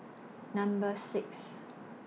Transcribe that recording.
Number six